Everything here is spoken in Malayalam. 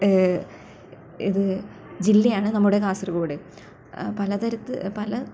ഇത് ജില്ലയാണ് നമ്മുടെ കാസർഗോട് പല തരത്ത് പല